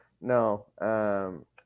No